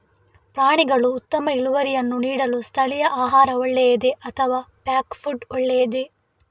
ಪ್ರಾಣಿಗಳು ಉತ್ತಮ ಇಳುವರಿಯನ್ನು ನೀಡಲು ಸ್ಥಳೀಯ ಆಹಾರ ಒಳ್ಳೆಯದೇ ಅಥವಾ ಪ್ಯಾಕ್ ಫುಡ್ ಒಳ್ಳೆಯದೇ?